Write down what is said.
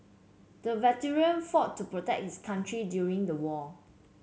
the veteran fought to protect his country during the war